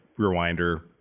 rewinder